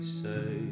say